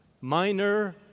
Minor